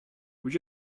would